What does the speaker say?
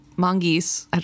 mongoose